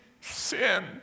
sin